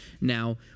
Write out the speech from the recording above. now